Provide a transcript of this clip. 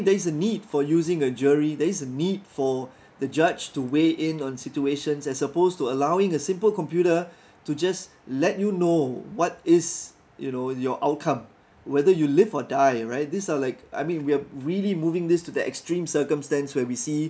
there is a need for using a jury there is a need for the judge to weigh in on situations as opposed to allowing a simple computer to just let you know what is you know your outcome whether you live or die right these are like I mean we're really moving this to the extreme circumstance where we see